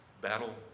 Battle